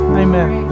amen